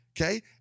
okay